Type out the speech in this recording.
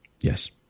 Yes